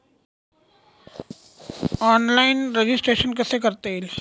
Online registration कसे करता येईल?